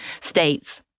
states